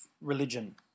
religion